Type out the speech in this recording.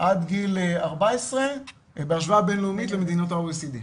היפגעות ילדים עד גיל 14 בהשוואה בינלאומית למדינות ה-OECD.